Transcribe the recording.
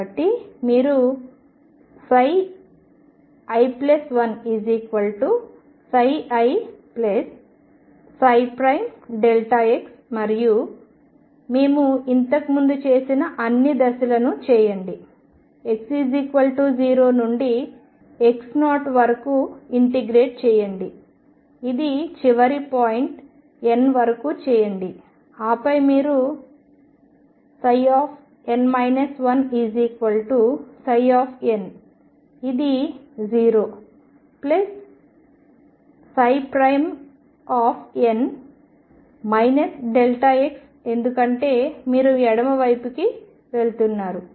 కాబట్టి మీరు i1i x మరియు మేము ఇంతకు ముందు చేసిన అన్ని దశలను చేయండి x0 నుండి x0 వరకు ఇంటిగ్రేట్ చేయండి ఇది చివరి పాయింట్ N వరకు చేయండి ఆపై మీరు N 1ψఇది 0 N ఎందుకంటే మీరు ఎడమవైపుకి వెళుతున్నారు